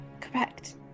Correct